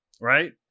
right